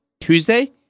Tuesday